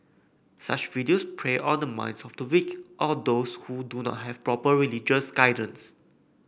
such videos prey on the minds of the weak or those who do not have proper religious guidance